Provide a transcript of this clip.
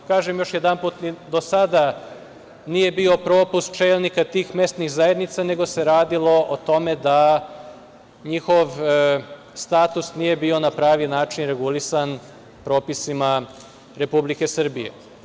Kažem, još jedanput, do sada nije bi propust čelnika tih mesnih zajednica nego se radilo o tome da njihov status nije bio na pravi način regulisan propisima Republike Srbije.